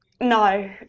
No